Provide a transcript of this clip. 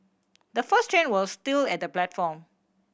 the first train was still at the platform